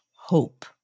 Hope